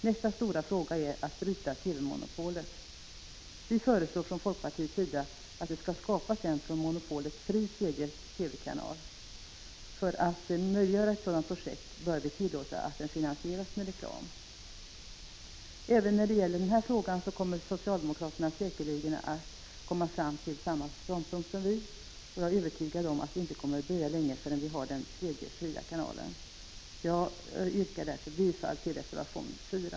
Nästa stora fråga är att bryta TV-monopolet. Vi föreslår från folkpartiets sida att det skall skapas en från monopolet fri tredje TV-kanal. För att möjliggöra ett sådant projekt bör vi tillåta att den finansieras med reklam. Även när det gäller denna fråga kommer säkerligen socialdemokraterna så småningom fram till samma ståndpunkt som vi. Jag är övertygad om att det inte kommer att dröja länge förrän vi har den tredje fria TV-kanalen. Jag yrkar bifall till reservation 4.